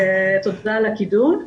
דין.